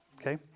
Okay